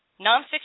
nonfiction